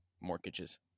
mortgages